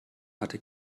hatte